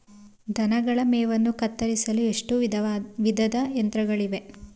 ದನಗಳ ಮೇವನ್ನು ಕತ್ತರಿಸಲು ಎಷ್ಟು ವಿಧದ ಯಂತ್ರಗಳಿವೆ?